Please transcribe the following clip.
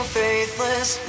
faithless